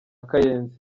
kayenzi